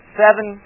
seven